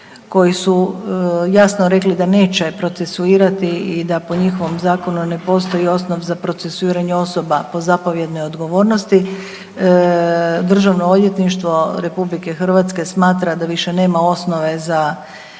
koji su jasno rekli da neće procesuirati i da po njihovom zakonu ne postoji osnov za procesuiranje osoba po zapovjednoj odgovornosti DORH smatra da više nema osnove za